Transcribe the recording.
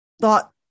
thought